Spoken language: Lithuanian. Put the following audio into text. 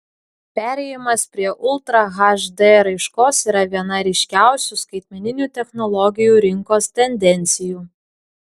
perėjimas prie ultra hd raiškos yra viena ryškiausių skaitmeninių technologijų rinkos tendencijų